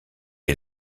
est